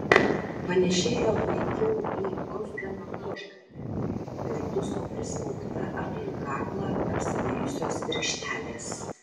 panėšėjo veikiau į balzganą buožgalvį ir duso prismaugta aplink kaklą apsivijusios virkštelės